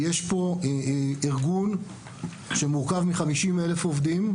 יש פה ארגון שמורכב מ-50,000 עובדים,